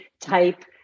type